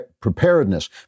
preparedness